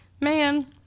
man